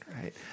right